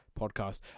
podcast